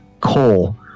coal